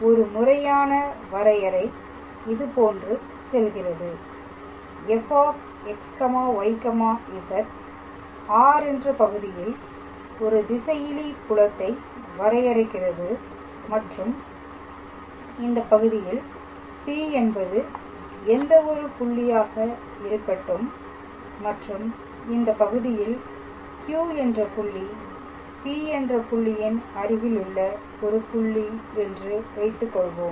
ஒரு முறையான வரையறை இதுபோன்று செல்கிறது fxyz R என்ற பகுதியில் ஒரு திசையிலி புலத்தை வரையறுக்கிறது மற்றும் இந்தப் பகுதியில் P என்பது எந்த ஒரு புள்ளியாக இருக்கட்டும் மற்றும் இந்த பகுதியில் Q என்ற புள்ளி P என்ற புள்ளியின் அருகிலுள்ள ஒரு புள்ளி என்று வைத்துக்கொள்வோம்